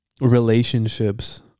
relationships